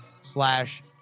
slash